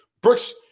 Brooks